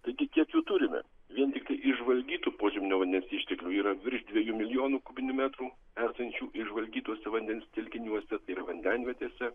taigi kiek jų turime vien tiktai išžvalgytų požeminio vandens išteklių yra virš dviejų milijonų kubinių metrų esančių išžvalgytuose vandens telkiniuose tai yra vandenvietėse